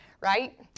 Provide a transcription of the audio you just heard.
right